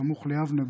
סמוך ליבנה,